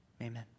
amen